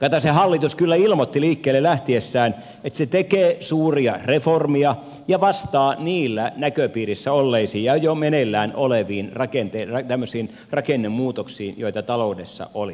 kataisen hallitus kyllä ilmoitti liikkeelle lähtiessään että se tekee suuria reformeja ja vastaa niillä näköpiirissä olleisiin ja jo meneillään oleviin rakennemuutoksiin joita taloudessa oli